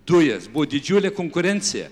dujas buvo didžiulė konkurencija